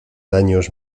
daños